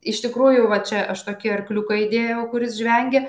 iš tikrųjų va čia aš tokį arkliuką įdėjau kuris žvengia